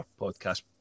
podcast